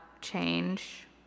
change